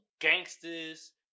gangsters